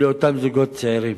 לאותם זוגות צעירים.